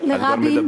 חברת הכנסת ברקו,